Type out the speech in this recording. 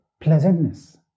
pleasantness